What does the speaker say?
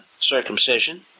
circumcision